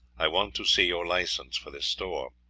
i want to see your license for this store.